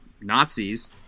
nazis